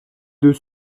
deux